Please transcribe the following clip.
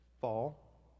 fall